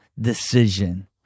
decision